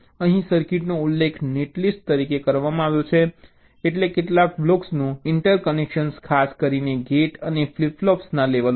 અહીં સર્કિટનો ઉલ્લેખ નેટલિસ્ટ તરીકે કરવામાં આવ્યો છે એટલે કેટલાક બ્લોક્સનું ઇન્ટરકનેક્શન ખાસ કરીને ગેટ અને ફ્લિપ ફ્લોપ્સના લેવલે છે